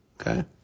okay